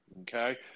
okay